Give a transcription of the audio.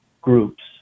groups